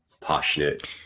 passionate